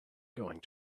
going